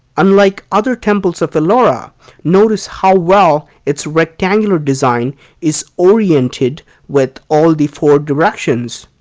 unlike other temples of ellora, notice how well its rectangular design is oriented with all the four directions.